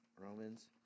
Romans